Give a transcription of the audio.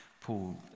Paul